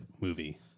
movie